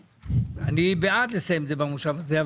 אני בעד לסיים את זה במושב הזה,